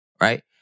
right